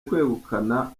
kwegukana